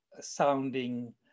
sounding